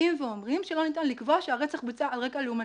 שבאים ואומרים שלא ניתן לקבוע שהרצח בוצע על רקע לאומני.